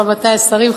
רבותי השרים,